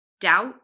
doubt